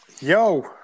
yo